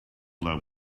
that